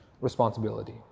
responsibility